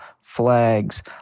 flags